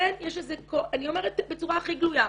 כן יש איזה --- אני אומרת בצורה הכי גלויה: